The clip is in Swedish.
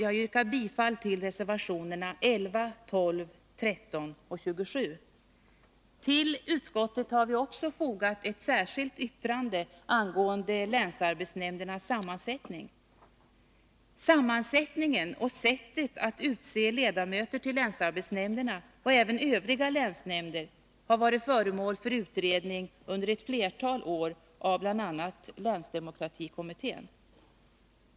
Jag yrkar bifall till reservationerna 11, 12, 13 och 27. Till utskottets betänkande har vi fogat ett särskilt yttrande angående länsarbetsnämndernas sammansättning. Sammansättningen av och sättet för att utse ledamöter till länsarbetsnämndena och även övriga länsnämnder har varit föremål för utredning under ett flertal år, bl.a. av länsdemokratikommittén.